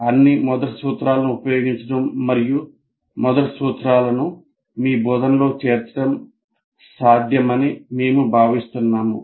అన్ని మొదటి సూత్రాలను ఉపయోగించడం మరియు మొదటి సూత్రాలను మీ బోధనలో చేర్చడం సాధ్యమని మేము భావిస్తున్నాము